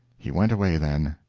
he went away then.